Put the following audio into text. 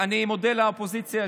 אני מודה לאופוזיציה,